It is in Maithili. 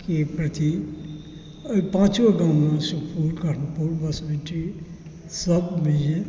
के प्रति एहि पाँचो गाममे हुनकर पब्लिसिटी सभ